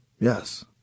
Yes